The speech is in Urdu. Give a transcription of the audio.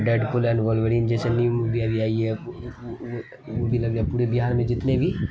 ڈیڈ پول ایل ولورین جیسے نیو مووی ابھی آئی ہے وہ بھی لگی ہے پورے بہار میں جتنے بھی